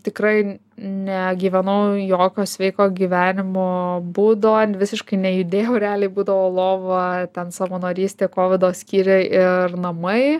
tikrai negyvenau jokio sveiko gyvenimo būdo visiškai nejudėjau realiai būdavo lova ten savanorystė kovido skyriai ir namai